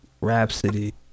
rhapsody